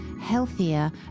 healthier